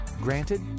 granted